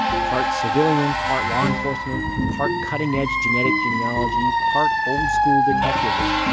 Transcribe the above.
part civilian, part law-enforcement. part cutting edge genetic genealogy, part old-school detective work.